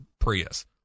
Prius